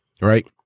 right